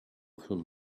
from